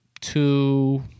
two